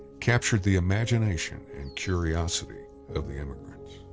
captured the imagination and curiosity of the emigrants.